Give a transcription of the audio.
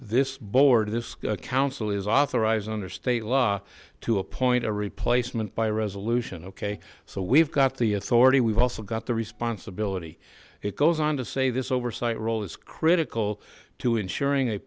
this board this council is authorized under state law to appoint a replacement by resolution okay so we've got the authority we've also got the responsibility it goes on to say this oversight role is critical to ensuring a